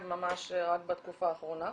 רק בתקופה האחרונה,